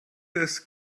this